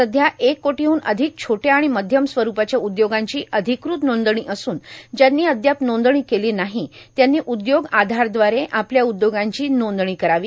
सध्या एक कोटोहून अधिक छोट्या आण मध्यम स्वरुपाच्या उद्योगांची र्अाधकृत नांदणी असून ज्यांनी अद्याप नांदणी केलां नाहां त्यांनी उदयोग आधारदवारे आपल्या उदयोगांची नांदणी करावी